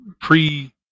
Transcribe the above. pre